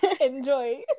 Enjoy